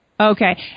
Okay